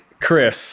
Chris